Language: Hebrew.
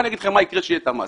אני אומר לכם מה יקרה כשיהיה המס.